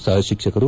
ಸಹಶಿಕ್ಷಕರು